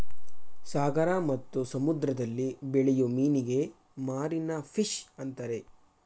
ಸಾಗರ ಮತ್ತು ಸಮುದ್ರದಲ್ಲಿ ಬೆಳೆಯೂ ಮೀನಿಗೆ ಮಾರೀನ ಫಿಷ್ ಅಂತರೆ